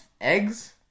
eggs